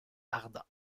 ardent